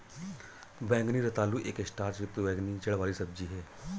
बैंगनी रतालू एक स्टार्च युक्त बैंगनी जड़ वाली सब्जी है